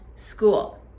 school